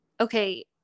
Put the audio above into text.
okay